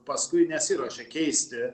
paskui nesiruošė keisti